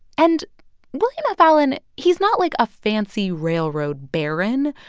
and william f. allen he's not like a fancy railroad baron.